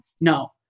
No